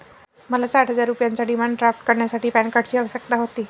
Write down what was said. मला साठ हजार रुपयांचा डिमांड ड्राफ्ट करण्यासाठी पॅन कार्डची आवश्यकता होती